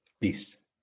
Peace